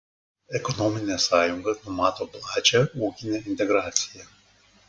ekonominė sąjunga numato plačią ūkinę integraciją